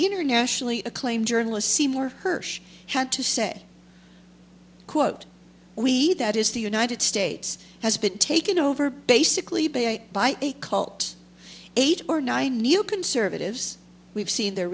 internationally acclaimed journalist seymour hersh had to say quote we that is the united states has been taken over basically by a cult eight or nine new conservatives we've seen the